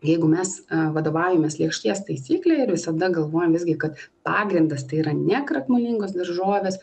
jeigu mes vadovaujamės lėkštės taisykle ir visada galvojam visgi kad pagrindas tai yra nekrakmolingos daržovės